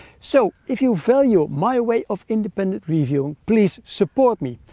so if you value my way of independent reviewing, please support me.